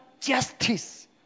justice